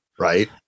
right